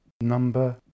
number